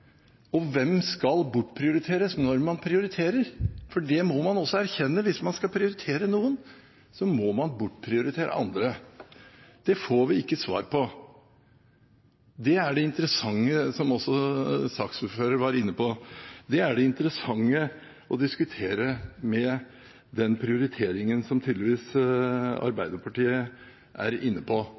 det? Hvem skal bortprioriteres når man prioriterer? For det må man også erkjenne, at hvis man skal prioritere noen, så må man bortprioritere andre. Det får vi ikke svar på. Det er det interessante, som også saksordføreren var inne på. Det er det interessante ved å diskutere den prioriteringen som tydeligvis Arbeiderpartiet er inne på.